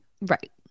Right